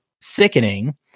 sickening